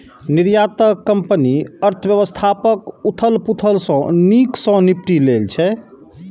निर्यातक कंपनी अर्थव्यवस्थाक उथल पुथल सं नीक सं निपटि लै छै